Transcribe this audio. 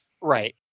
Right